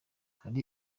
hari